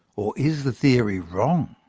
or is the theory wrong?